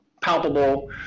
palpable